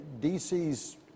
DC's